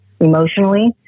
emotionally